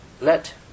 let